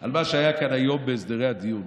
על מה שהיה כאן היום בהסדרי הדיון.